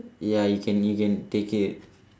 ya you can you can take it